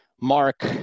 Mark